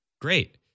Great